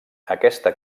aquesta